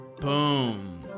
Boom